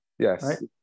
Yes